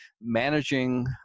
managing